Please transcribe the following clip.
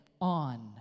on